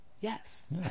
Yes